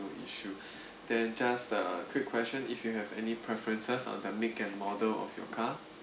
no issue then just a quick question if you have any preferences on the make and model of your car